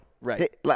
Right